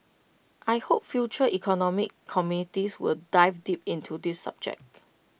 I hope future economic committees will dive deep into this subject